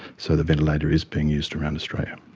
so the ventilator is being used around australia.